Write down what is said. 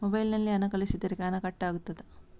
Mobile ನಲ್ಲಿ ಹಣ ಕಳುಹಿಸಿದರೆ ಹಣ ಕಟ್ ಆಗುತ್ತದಾ?